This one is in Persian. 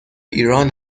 ایران